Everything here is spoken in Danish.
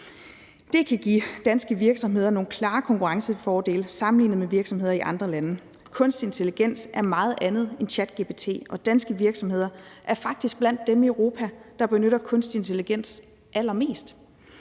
Det kan give danske virksomheder nogle klare konkurrencefordele sammenlignet med virksomheder i andre lande. Kunstig intelligens er meget andet end ChatGPT, og danske virksomheder er faktisk blandt dem i Europa, der benytter sig allermest